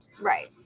right